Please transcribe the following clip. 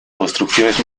construcciones